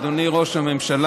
אדוני ראש הממשלה,